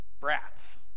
brats